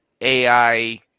AI